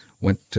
went